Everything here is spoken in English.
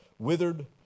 Withered